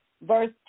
Verse